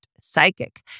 psychic